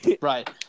right